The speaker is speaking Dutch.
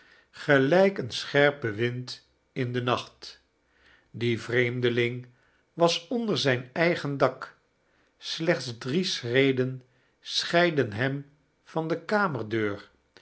gelijk een scherpe wind in den nacht die vreemdelihg was onder zijn eigen dak glechts drie schreden scheidden hem van de